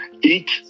eat